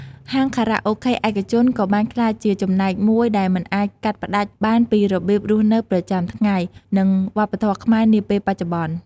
ហាងខារ៉ាអូខេឯកជនក៏បានក្លាយជាចំណែកមួយដែលមិនអាចកាត់ផ្តាច់បានពីរបៀបរស់នៅប្រចាំថ្ងៃ និងវប្បធម៌ខ្មែរនាពេលបច្ចុប្បន្ន។